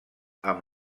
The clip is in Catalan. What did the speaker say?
amb